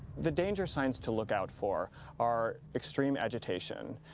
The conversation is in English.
the danger signs to look out for are extreme agitation,